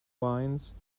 wines